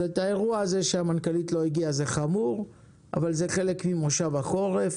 אז האירוע הזה שהמנכ"לית לא הגיעה זה חמור אבל זה חלק ממושב החורף,